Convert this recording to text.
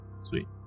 Sweet